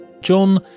john